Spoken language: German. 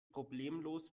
problemlos